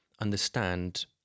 understand